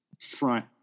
front